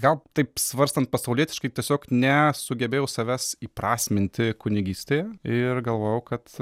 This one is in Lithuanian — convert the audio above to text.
gal taip svarstant pasaulietiškai tiesiog nesugebėjau savęs įprasminti kunigystėje ir galvojau kad